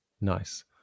Nice